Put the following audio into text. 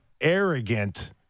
arrogant